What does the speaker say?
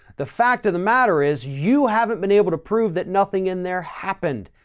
the fact of the matter is you haven't been able to prove that nothing in there happened.